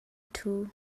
ṭhu